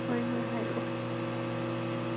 ꯍꯣꯏ ꯍꯣꯏ ꯍꯥꯏꯔꯛꯑꯣ